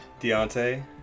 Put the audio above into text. Deontay